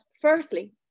firstly